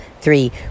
three